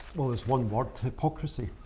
was one word hypocrisy.